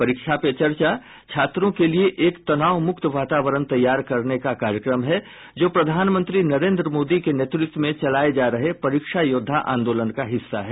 परीक्षा पे चर्चा छात्रों के लिए एक तनाव मुक्त वातावरण तैयार करने का कार्यक्रम है जो प्रधानमंत्री नरेन्द्र मोदी के नेतृत्व में चलाए जा रहे परीक्षा योद्वा आंदोलन का हिस्सा हैं